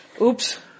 Oops